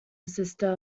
sister